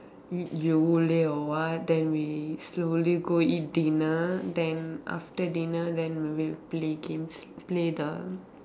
Yo~ Yole or what then we slowly go eat dinner then after dinner then maybe we play games play the